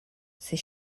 ces